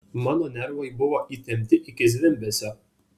mano nervai buvo įtempti iki zvimbesio